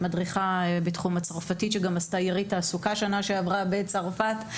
מדריכה בתחום הצרפתית שגם ערכה יריד תעסוקה בשנה שעברה בצרפת,